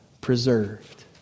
preserved